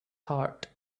heart